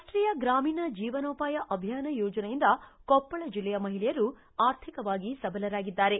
ರಾಷ್ಟೀಯ ಗ್ರಾಮೀಣ ಜೀವನೋಪಾಯ ಅಭಿಯಾನ ಯೋಜನೆಯಿಂದ ಕೊಪ್ಪಳ ಜಿಲ್ಲೆಯ ಮಹಿಳೆಯರು ಆರ್ಥಿಕವಾಗಿ ಸಬಲರಾಗಿದ್ದಾರೆ